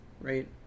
Right